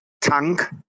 tank